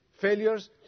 failures